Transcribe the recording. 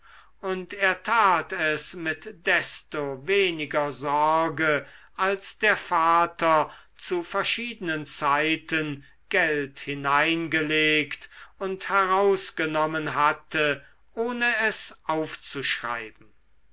und er tat es mit desto weniger sorge als der vater zu verschiedenen zeiten geld hineingelegt und herausgenommen hatte ohne es aufzuschreiben